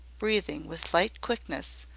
breathing with light quickness,